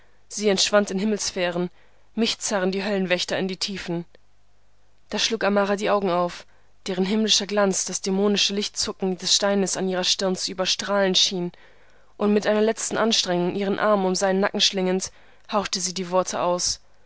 sie entschwand in himmelssphären mich zerren die höllenwächter in die tiefen da schlug amara die augen auf deren himmlischer glanz das dämonische lichtzucken des steines an ihrer stirn zu überstrahlen schien und mit einer letzten anstrengung ihren arm um seinen nacken schlingend hauchte sie die worte aus